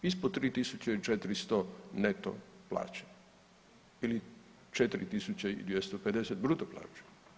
Ispod 3400 neto plaće ili 4200 bruto plaće.